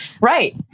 Right